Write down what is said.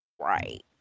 right